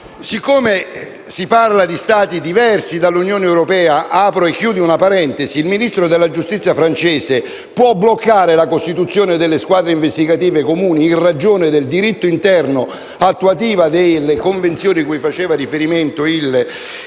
siccome si parla di Stati diversi dall'Unione europea, apro e chiudo una parentesi: il Ministro della giustizia francese può bloccare la costituzione delle squadre investigative comuni in ragione del diritto interno attuativo delle convenzioni cui faceva il riferimento il senatore